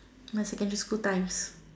my secondary school times